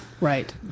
Right